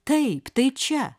taip tai čia